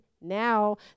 now